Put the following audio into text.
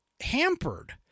hampered